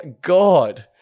God